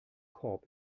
korb